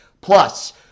Plus